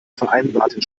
vereinbarten